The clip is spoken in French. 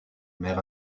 mère